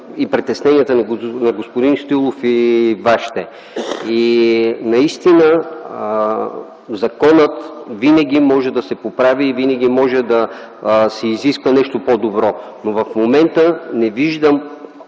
и притесненията на господин Стоилов и Вашите. Наистина законът винаги може да се поправи и винаги може да се изиска нещо по-добро. А и Вие знаете,